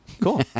Cool